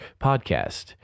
podcast